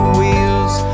wheels